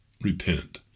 repent